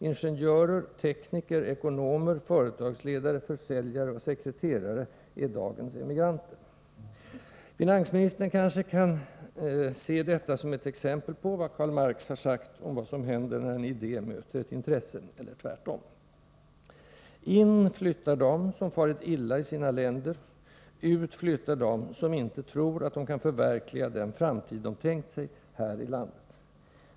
Ingenjörer, tekniker, ekonomer, företagsledare, försäljare och sekreterare är dagens emigranter. Finansministern kanske kan se detta som ett exempel på vad Karl Marx har sagt om vad som händer när en idé möter ett intresse eller tvärtom. In flyttar de som farit illa i sina länder, ut flyttar de som inte tror att de kan förverkliga den framtid de tänkt sig här i landet.